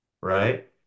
right